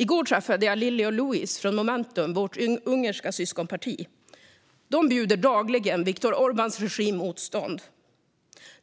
I går träffade jag Lily och Louis från Momentum, vårt ungerska syskonparti. De bjuder dagligen Viktor Orbáns regim motstånd.